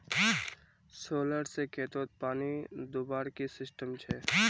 Solar से खेतोत पानी दुबार की सिस्टम छे?